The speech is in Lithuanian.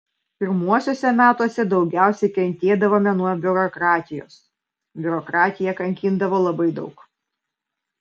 pirmuosiuose metuose daugiausiai kentėdavome nuo biurokratijos biurokratija kankindavo labai daug